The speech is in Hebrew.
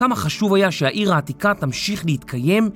כמה חשוב היה שהעיר העתיקה תמשיך להתקיים?